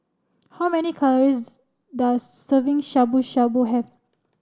how many calories does serving Shabu Shabu have